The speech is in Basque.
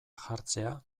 jartzea